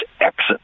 exit